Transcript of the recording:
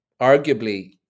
arguably